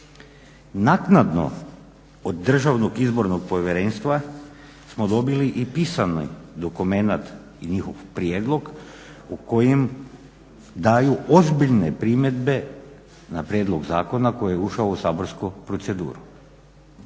Naknadno od DIP-a smo dobili i pisani dokumenat i njihov prijedlog u kojem daju ozbiljne primjedbe na prijedlog zakona koji je ušao u saborsku proceduru.